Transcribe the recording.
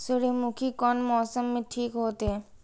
सूर्यमुखी कोन मौसम में ठीक होते?